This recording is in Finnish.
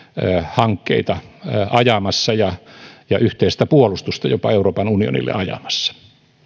hankkeita ajamassa ja ja yhteistä puolustusta jopa euroopan unionille ajamassa